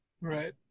right